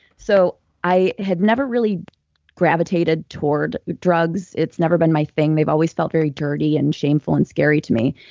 so i had never really gravitated toward drugs. it's never been my thing. they've always felt very dirty and shameful and scary to me.